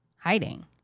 hiding